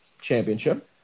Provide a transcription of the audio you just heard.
Championship